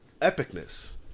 epicness